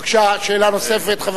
בבקשה, שאלה נוספת.